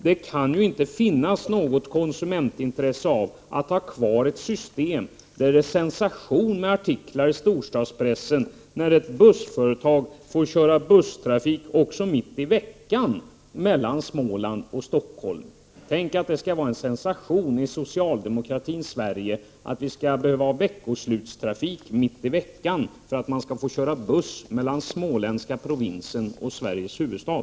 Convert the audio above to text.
Det kan ju inte finnas något konsumentintresse av att ha kvar ett system där det är sensation med artiklar i storstadspressen, när ett bussföretag får köra busstrafik också mitt i veckan mellan Småland och Stockholm. Tänk, att det skall vara en sensation i socialdemokratins Sverige att vi behöver ha veckoslutstrafik mitt i veckan och att man får köra buss mellan småländska provinsen och Sveriges huvudstad!